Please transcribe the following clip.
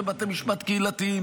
בתי משפט קהילתיים,